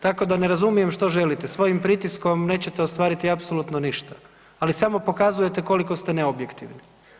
Tako da ne razumijem što želite, svojim pritiskom nećete ostvariti apsolutno ništa, ali samo pokazujete koliko ste neobjektivni.